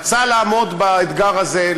רצה לעמוד באתגר הזה,